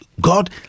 God